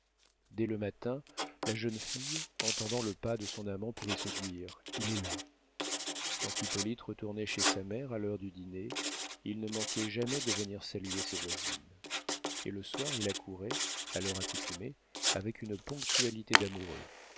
dès le matin la jeune fille entendant le pas de son amant pouvait se dire il est là quand hippolyte retournait chez sa mère à l'heure du dîner il ne manquait jamais de venir saluer ses voisines et le soir il accourait à l'heure accoutumée avec une ponctualité d'amoureux